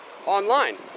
online